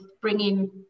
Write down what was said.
bringing